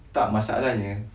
tak masalahnya